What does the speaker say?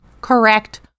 correct